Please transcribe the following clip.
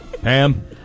Pam